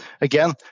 again